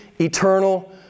eternal